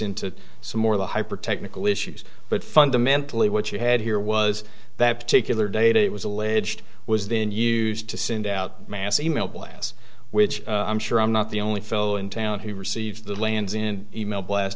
into some or the hyper technical issues but fundamentally what you had here was that particular data it was alleged was then used to send out mass e mail blast which i'm sure i'm not the only fellow in town who received the lands in e mail blast